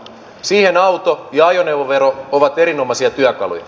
siihen auto ja ajoneuvovero ovat erinomaisia työkaluja